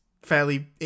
fairly